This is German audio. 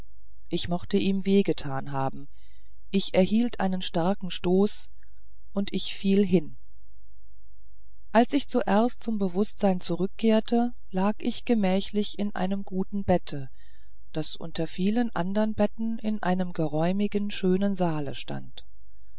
ich mochte ihm weh getan haben ich erhielt einen starken stoß und ich fiel hin als ich zuerst zum bewußtsein zurückkehrte lag ich gemächlich in einem guten bette das unter vielen andern betten in einem geräumigen und schönen saale stand